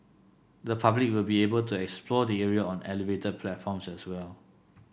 the public will be able to explore the area on elevated platforms as well